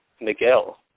Miguel